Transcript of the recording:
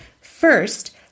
First